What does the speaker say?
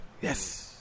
Yes